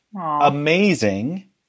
amazing